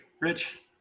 Rich